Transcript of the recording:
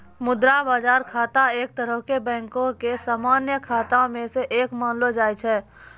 मुद्रा बजार खाता एक तरहो से बैंको के समान्य खाता मे से एक मानलो जाय छै